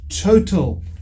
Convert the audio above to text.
total